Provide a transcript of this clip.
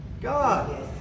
God